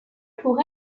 pour